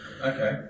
Okay